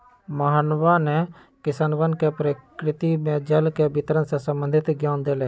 मोहनवा ने किसनवन के प्रकृति में जल के वितरण से संबंधित ज्ञान देलय